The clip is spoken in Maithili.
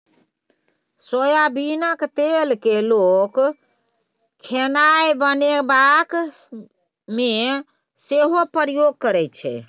सोयाबीनक तेल केँ लोक खेनाए बनेबाक मे सेहो प्रयोग करै छै